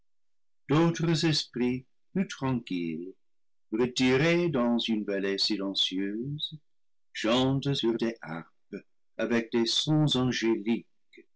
d'autres esprits plus tranquilles retirés dans une vallée silencieuse chantent sur des harpes avec des sons angéliques